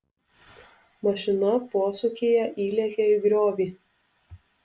mašina posūkyje įlėkė į griovį